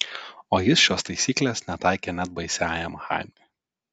o jis šios taisyklės netaikė net baisiajam chaimui